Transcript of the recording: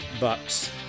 bucks